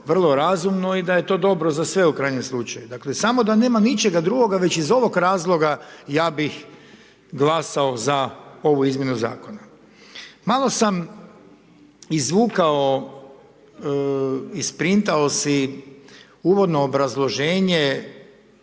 razumno i da je to dobro za sve u krajnjem slučaju. Dakle, samo da nema ničega drugoga već iz ovoga razloga ja bih glasao za ovu izmjenu zakona. Malo sam izvukao, isprintao si uvodno obrazloženje